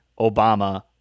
obama